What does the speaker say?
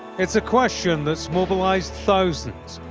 it's a question that's mobilized thousands.